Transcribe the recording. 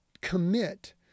commit